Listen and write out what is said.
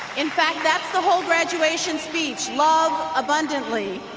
in fact that's the whole graduation speech love abundantly